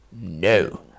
No